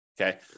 Okay